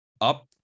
up